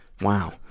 Wow